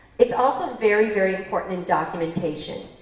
it's also very, very important in documentation.